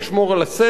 הביטחון,